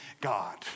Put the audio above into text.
God